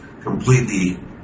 completely